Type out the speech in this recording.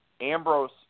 Ambrose